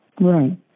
Right